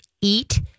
eat